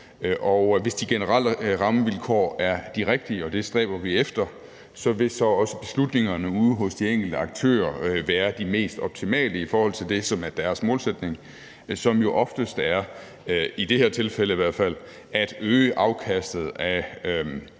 hvis de generelle rammevilkår er de rigtige, og det stræber vi efter, vil beslutningerne ude hos de enkelte aktører så også være de mest optimale i forhold til det, som er deres målsætning, som jo oftest, i det her tilfælde i hvert fald, er at øge afkastet af